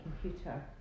computer